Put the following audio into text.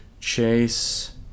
chase